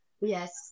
Yes